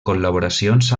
col·laboracions